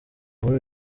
muri